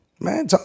Man